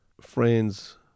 friends